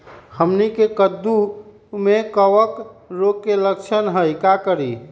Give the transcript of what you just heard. हमनी के कददु में कवक रोग के लक्षण हई का करी?